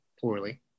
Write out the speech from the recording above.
poorly